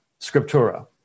scriptura